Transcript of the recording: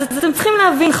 אז אתם צריכים להבין,